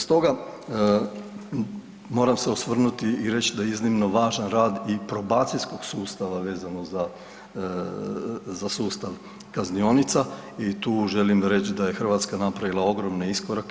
Stoga moram se osvrnuti i reći da iznimno važan rad i probacijskog sustava vezano za sustav kaznionica i tu želim reći da je Hrvatska napravila ogromne iskorake.